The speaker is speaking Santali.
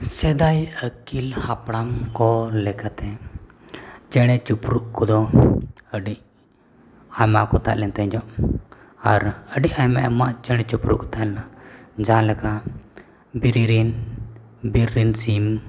ᱥᱮᱫᱟᱭ ᱟᱹᱜᱤᱞ ᱦᱟᱯᱲᱟᱢ ᱠᱚ ᱞᱮᱠᱟᱛᱮ ᱪᱮᱬᱮᱼᱪᱤᱯᱨᱩ ᱠᱚᱫᱚ ᱟᱹᱰᱤ ᱟᱭᱢᱟ ᱠᱚ ᱛᱟᱦᱮᱸᱞᱮᱱ ᱛᱟᱦᱮᱸᱫᱚᱜ ᱟᱨ ᱟᱹᱰᱤ ᱟᱭᱢᱟᱼᱟᱭᱢᱟ ᱪᱮᱬᱮᱼᱪᱤᱯᱨᱩ ᱠᱚ ᱛᱟᱦᱮᱸ ᱞᱮᱱᱟ ᱡᱟᱦᱟᱸᱞᱮᱠᱟ ᱵᱤᱨᱤ ᱨᱤᱱ ᱵᱤᱨ ᱨᱤᱱ ᱥᱤᱢ